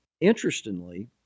interestingly